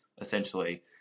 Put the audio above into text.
essentially